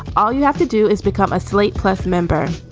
all you have to do is become a slate plus member.